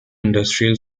industrial